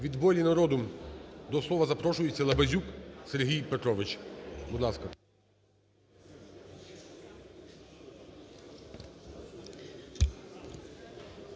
Від "Волі народу" до слова запрошується Лабазюк Сергій Петрович.